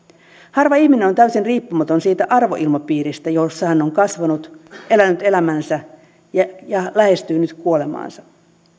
harva ihminen on täysin riippumaton siitä arvoilmapiiristä jossa hän on kasvanut elänyt elämänsä ja lähestyy nyt kuolemaansa